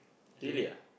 really ah